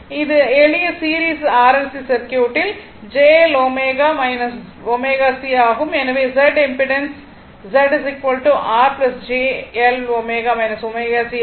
இந்த எளிய series RLC சர்க்யூட்டில் j L ω j ω C ஆகும் எனவே Z impedance Z R j L ω ω C ஆகும்